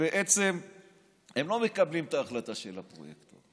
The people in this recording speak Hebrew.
שבעצם הם לא מקבלים את ההחלטה של הפרויקטור.